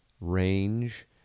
range